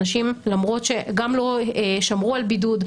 אנשים שגם לא שמרו על בידוד,